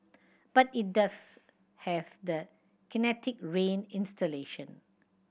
but it does have the Kinetic Rain installation